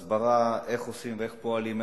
הסברה: איך עושים ואיך פועלים,